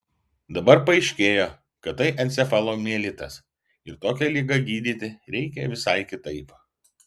dabar paaiškėjo kad tai encefalomielitas ir tokią ligą gydyti reikia visai kitaip